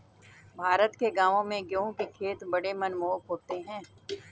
भारत के गांवों में गेहूं के खेत बड़े मनमोहक होते हैं